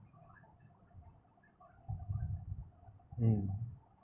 mm